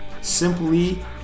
simply